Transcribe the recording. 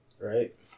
Right